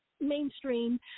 mainstream